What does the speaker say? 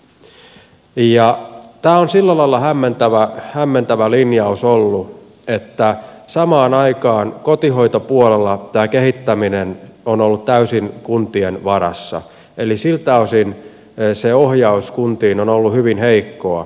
tämä on ollut sillä lailla hämmentävä linjaus että samaan aikaan kotihoitopuolella kehittäminen on ollut täysin kuntien varassa eli siltä osin ohjaus kuntiin on ollut hyvin heikkoa